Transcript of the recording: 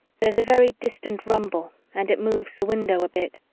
there's a very distant rumble and it moves the window a bit.